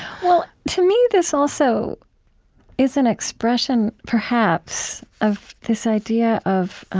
well, to me, this also is an expression, perhaps of this idea of